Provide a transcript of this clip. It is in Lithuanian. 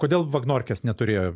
kodėl vagnorkės neturėjo